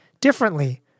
differently